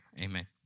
Amen